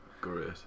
Great